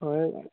ᱦᱳᱭ